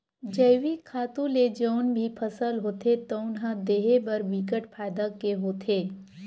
जइविक खातू ले जउन भी फसल होथे तउन ह देहे बर बिकट फायदा के होथे